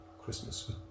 Christmas